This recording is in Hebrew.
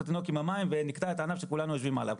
התינוק עם המים ונקטע את הענף שכולנו יושבים עליו,